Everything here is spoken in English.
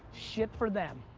shit for them,